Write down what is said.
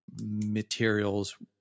materials